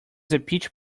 pitch